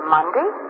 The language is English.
Monday